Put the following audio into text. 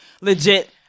legit